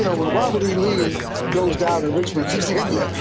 you know when robert e. lee goes down in richmond, virginia,